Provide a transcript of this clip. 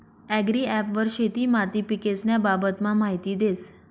agri app वर शेती माती पीकेस्न्या बाबतमा माहिती देस